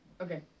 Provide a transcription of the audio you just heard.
Okay